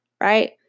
Right